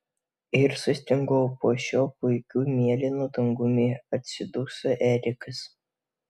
ir sustingau po šiuo puikiu mėlynu dangumi atsiduso erikas